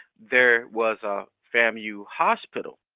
there was a famu hospital